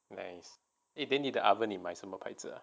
nice then 你的 oven 你买什么牌子 ah